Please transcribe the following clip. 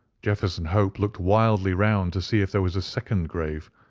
jefferson hope looked wildly round to see if there was a second grave,